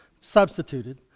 substituted